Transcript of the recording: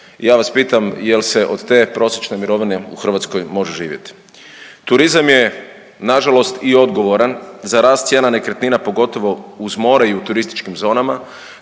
ja vas pitam jel se od te prosječne mirovine u Hrvatskoj može živjeti. Turizam je na žalost i odgovoran za rast cijena nekretnina, pogotovo uz more i u turističkim zonama,